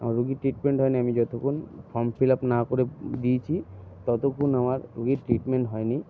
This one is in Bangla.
আমার রুগীর ট্রিটমেন্ট হয় নি আমি যতক্ষণ ফর্ম ফিল আপ না করে দিয়েছি ততক্ষণ আমার রুগীর ট্রিটমেন্ট হয় নি